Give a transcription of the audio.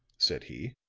said he.